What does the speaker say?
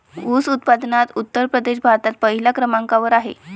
ऊस उत्पादनात उत्तर प्रदेश भारतात पहिल्या क्रमांकावर आहे